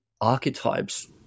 archetypes